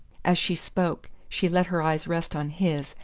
as she spoke she let her eyes rest on his,